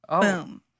boom